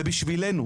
זה בשבילנו.